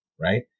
right